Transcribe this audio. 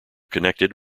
connected